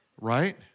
Right